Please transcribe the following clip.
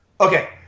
okay